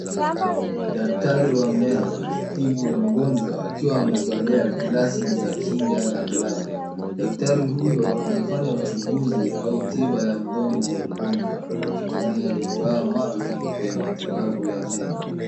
Daktari wa meno akitibu mgonjwa akiwa amevalia glasi za kinga na glavu. Daktari huyo anafanya uchuguzi au tiba ya mdomo wa mgonjwa kwa kutumia vifaa maalum vya matibabu ya meno.